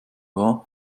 war